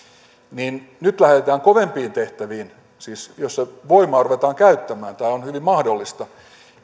niin nyt lähdetään kovempiin tehtäviin siis sellaisiin joissa voimaa ruvetaan käyttämään tämä on hyvin mahdollista